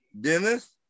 Dennis